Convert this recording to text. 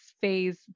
phase